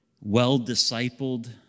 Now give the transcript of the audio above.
well-discipled